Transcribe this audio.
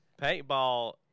Paintball